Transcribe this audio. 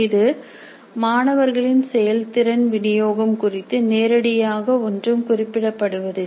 இது மாணவர்களின் செயல்திறன் வினியோகம் குறித்து நேரடியாக ஒன்றும் குறிப்பிடப்படுவதில்லை